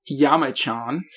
Yamachan